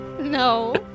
No